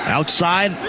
Outside